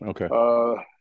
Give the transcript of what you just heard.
okay